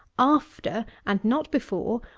after, and not before,